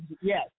Yes